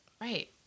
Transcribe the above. Right